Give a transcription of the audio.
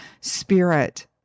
spirit